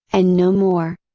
and no more.